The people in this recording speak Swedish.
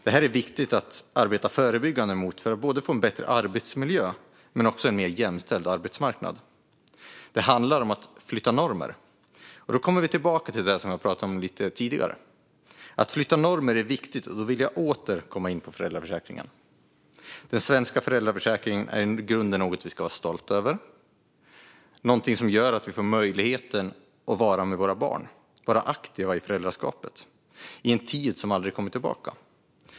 Det är viktigt att arbeta förebyggande mot detta, för att få bättre arbetsmiljö men också en mer jämställd arbetsmarknad. Det handlar om att flytta normer. Då kommer vi tillbaka till det vi pratade om tidigare. Att flytta normer är viktigt. Därför vill jag vill åter komma in på föräldraförsäkringen. Den svenska föräldraförsäkringen är något vi ska vara stolta över. Den ger oss möjlighet att vara med våra barn och att vara aktiva i föräldraskapet under en tid som aldrig kommer tillbaka.